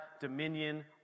dominion